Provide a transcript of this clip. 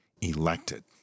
Elected